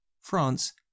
France